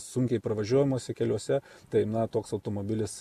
sunkiai pravažiuojamuose keliuose tai na toks automobilis